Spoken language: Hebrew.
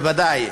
בוודאי,